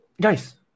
guys